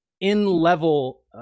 in-level